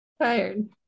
tired